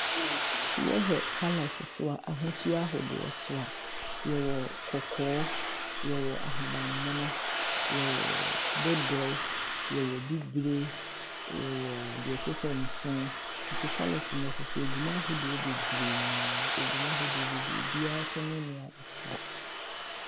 Sɛ yɛ hwɛ colours nso a, ahosuo ahodoɔ nso a, yɛwɔ kɔkɔɔ yɛwɔ ahaban Mono, yɛwɔ dodoe, yɛwɔ bibire, yɛwɔ deɛ ɛtesɛ nsoo. Nti colours no nsoso ɛgu mu ahodoɔ beberee, ɛgu mu ahodoɔ beberee na ebiaa nso ne nea ɛkyerɛ.